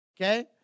okay